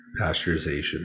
pasteurization